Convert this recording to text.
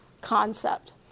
concept